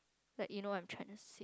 like you know what I'm trying to say